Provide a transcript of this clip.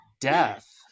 death